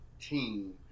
team